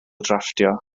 drafftio